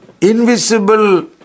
invisible